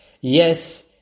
yes